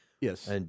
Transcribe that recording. yes